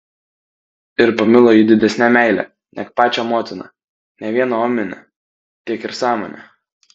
ir pamilo jį didesne meile neg pačią motiną ne viena omine tik ir sąmone